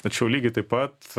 tačiau lygiai taip pat